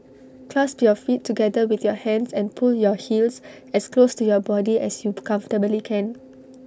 clasp your feet together with your hands and pull your heels as close to your body as you comfortably can